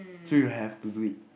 so you have to do it